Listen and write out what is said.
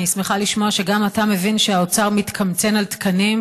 אני שמחה לשמוע שגם אתה מבין שהאוצר מתקמצן על תקנים,